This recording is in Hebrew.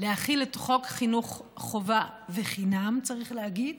להחיל את חוק חינוך חובה, וחינם, צריך להגיד,